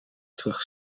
terug